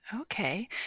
Okay